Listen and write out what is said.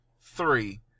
three